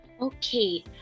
Okay